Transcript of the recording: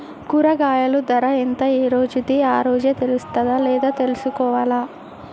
కూరగాయలు ధర ఎంత ఏ రోజుది ఆ రోజే తెలుస్తదా ఎలా తెలుసుకోవాలి?